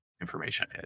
information